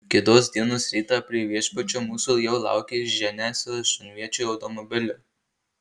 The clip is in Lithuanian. kitos dienos rytą prie viešbučio mūsų jau laukė ženia su aštuonviečiu automobiliu